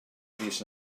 fis